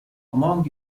among